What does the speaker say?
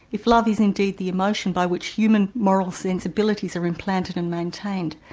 if love is indeed the emotion by which human moral sensibilities are implanted and maintained